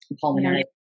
pulmonary